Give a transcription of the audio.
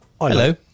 Hello